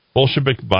Bolshevik